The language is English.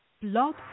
Blog